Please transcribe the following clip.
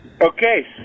Okay